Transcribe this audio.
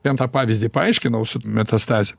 ten tą pavyzdį paaiškinau su metastaze